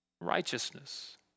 righteousness